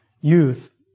youth